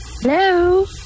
Hello